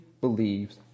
believes